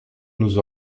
nous